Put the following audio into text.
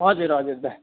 हजुर हजुर दाइ